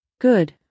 Good